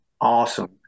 awesome